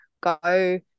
go